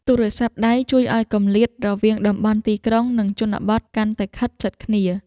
ទូរស័ព្ទដៃជួយឱ្យគម្លាតរវាងតំបន់ទីក្រុង និងជនបទកាន់តែខិតជិតគ្នា។